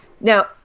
Now